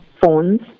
phones